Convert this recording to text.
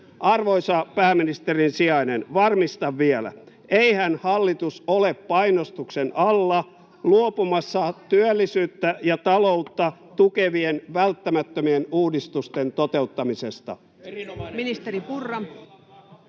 Arvoisa pääministerin sijainen, varmistan vielä: eihän hallitus ole painostuksen alla luopumassa työllisyyttä ja taloutta tukevien välttämättömien uudistusten toteuttamisesta?